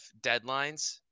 deadlines